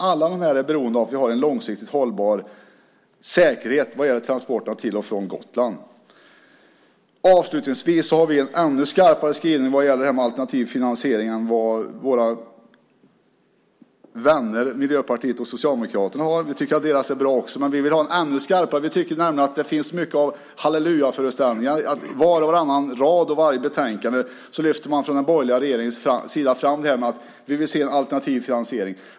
Alla är de beroende av att vi har en långsiktigt hållbar säkerhet vad gäller transporterna till och från Gotland. Avslutningsvis har vi en ännu skarpare skrivning vad gäller alternativ finansiering än vad våra vänner Miljöpartiet och Socialdemokraterna har. Vi tycker att deras skrivningar är bra också, men vi vill ha en ännu skarpare. Vi tycker nämligen att det finns mycket av hallelujaföreställningar. I var och varannan rad i varje betänkande lyfter man från den borgerliga majoritetens sida fram att man vill se en alternativ finansiering.